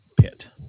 pit